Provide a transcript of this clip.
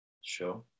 Sure